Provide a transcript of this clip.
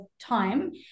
time